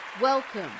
Welcome